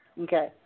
Okay